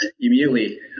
Immediately